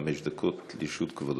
חמש דקות לרשות כבודו.